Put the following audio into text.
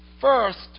first